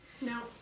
no